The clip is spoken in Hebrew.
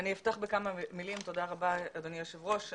תודה רבה אדוני היושב-ראש.